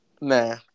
Nah